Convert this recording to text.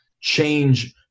change